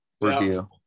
review